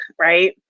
right